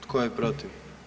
Tko je protiv?